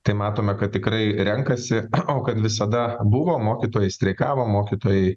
tai matome kad tikrai renkasi o kad visada buvo mokytojai streikavo mokytojai